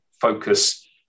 focus